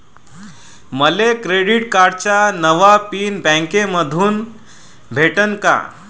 मले क्रेडिट कार्डाचा नवा पिन बँकेमंधून भेटन का?